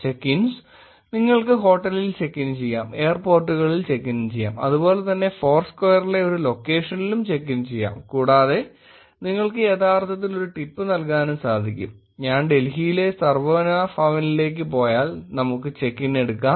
check ins നിങ്ങൾ ഹോട്ടലിൽ check in ചെയ്യാം എയർപോർട്ടുകളിൽ ചെക്ക് ഇൻ ചെയ്യാം അതുപോലെ തന്നെ ഫോർസ്ക്വയറിലെ ഒരു ലൊക്കേഷനിലും ചെക്ക് ഇൻ ചെയ്യാം കൂടാതെ നിങ്ങൾക്ക് യഥാർത്ഥത്തിൽ ഒരു ടിപ്പ് നൽകാനും സാധിക്കും ഞാൻ ഡൽഹിയിലെ സർവനാ ഭവനിലേക്ക് പോയാൽ നമുക്ക് ചെക്ക് ഇൻ എടുക്കാം